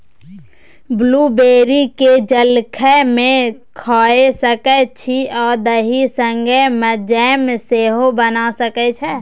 blueberry केँ जलखै मे खाए सकै छी आ दही संगै जैम सेहो बना सकै छी